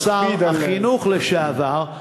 בהיותו שר החינוך לשעבר.